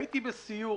הייתי בסיור.